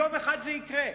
יום אחד זה יקרה.